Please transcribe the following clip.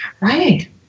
Right